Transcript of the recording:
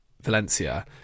Valencia